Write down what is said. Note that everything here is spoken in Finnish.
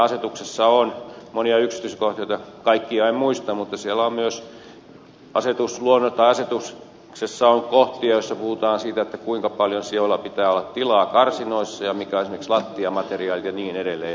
asetuksessa on monia yksityiskohtia joita kaikkia en muista mutta siellä on myös kohtia joissa puhutaan siitä kuinka paljon sioilla pitää olla tilaa karsinoissa ja mikä on esimerkiksi lattiamateriaali ja niin edelleen